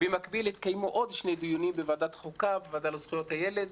במקביל התקיימו עוד שני דיונים בוועדת חוקה ובוועדה לזכויות הילד,